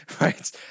right